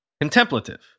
contemplative